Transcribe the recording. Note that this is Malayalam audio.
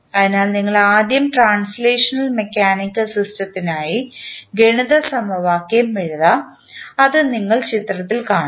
അതിനാൽ നിങ്ങൾ ആദ്യം ട്രാൻസ്ലേഷണൽ മെക്കാനിക്കൽ സിസ്റ്റത്തിനായി ഗണിത സമവാക്യം എഴുതാം അത് നിങ്ങൾ ചിത്രത്തിൽ കാണുന്നു